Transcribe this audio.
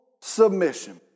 submission